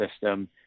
system